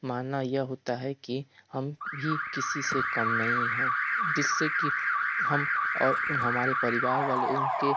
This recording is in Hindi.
मानना यह होता है कि हम भी किसी से कम नहीं हैं जिससे कि हम और हमारे परिवार वाले उनके